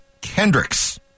Kendricks